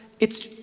it's,